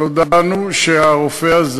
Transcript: הודענו שהרופא הזה,